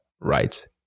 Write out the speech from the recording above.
right